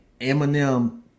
Eminem